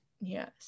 yes